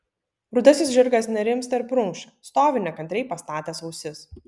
rudasis žirgas nerimsta ir prunkščia stovi nekantriai pastatęs ausis